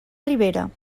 ribera